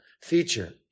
feature